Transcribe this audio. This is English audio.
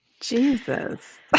Jesus